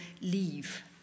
leave